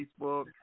Facebook